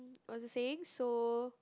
was the saying so